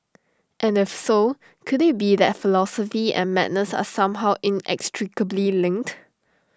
and if so could IT be that philosophy and madness are somehow inextricably lint